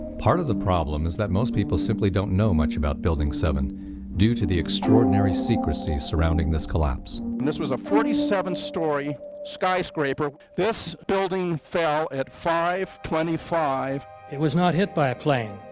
part of the problem is that most people simply don't know much about building seven due to the extraordinary secrecy surrounding this collapse. and this was a forty seven storey skyscraper. this building fell at seventeen twenty five it was not hit by a plane.